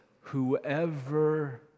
whoever